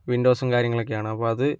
വിൻഡോസും കാര്യങ്ങളൊക്കെയാണ് അപ്പോൾ അത്